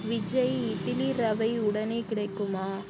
விஜய் இட்லி ரவை உடனே கிடைக்குமா